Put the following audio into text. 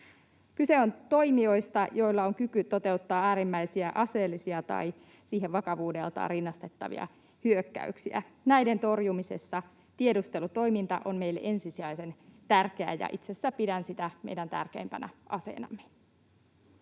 Kyse on toimijoista, joilla on kyky toteuttaa äärimmäisiä aseellisia tai siihen vakavuudeltaan rinnastettavia hyökkäyksiä. Näiden torjumisessa tiedustelutoiminta on meille ensisijaisen tärkeää, ja itse asiassa pidän sitä meidän tärkeimpänä aseenamme.